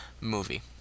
movie